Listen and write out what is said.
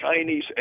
Chinese